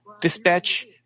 dispatch